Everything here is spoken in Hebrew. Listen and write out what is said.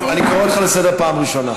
טוב, אני קורא אותך לסדר פעם ראשונה.